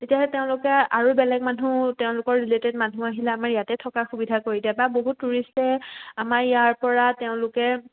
তেতিয়াহে তেওঁলোকে আৰু বেলেগ মানুহ তেওঁলোকৰ ৰিলেটেড মানুহ আহিলে আমাৰ ইয়াতে থকাৰ সুবিধা কৰি দিয়ে বা বহুত টুৰিষ্টে আমাৰ ইয়াৰপৰা তেওঁলোকে